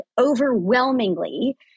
overwhelmingly